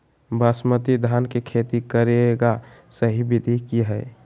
बासमती धान के खेती करेगा सही विधि की हय?